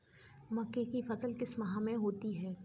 मक्के की फसल किस माह में होती है?